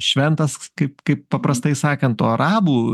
šventas kaip kaip paprastai sakant o arabų